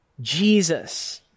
Jesus